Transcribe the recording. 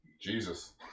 Jesus